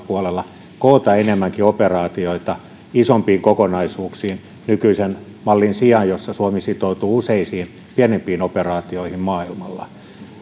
puolella koota enemmänkin operaatioita isompiin kokonaisuuksiin nykyisen mallin sijaan jossa suomi sitoutuu useisiin pienempiin operaatioihin maailmalla